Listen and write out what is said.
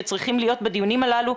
שצריכים להיות בדיונים הללו,